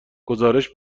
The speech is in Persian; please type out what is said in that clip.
گزارش